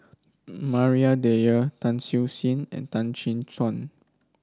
Maria Dyer Tan Siew Sin and Tan Chin Tuan